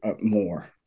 more